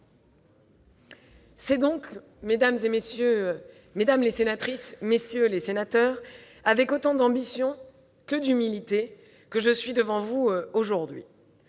C'est donc, mesdames les sénatrices, messieurs les sénateurs, avec autant d'ambition que d'humilité que je suis devant vous aujourd'hui.